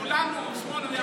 כולנו,